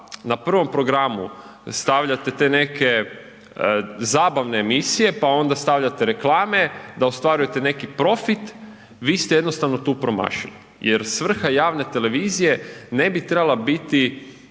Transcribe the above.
na prvom programu stavljate te neke zabavne emisije, pa onda stavljate reklame da ostvarujete neki profit, vi ste jednostavno tu promašili, jer svrha javne televizije ne bi trebala biti